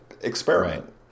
Experiment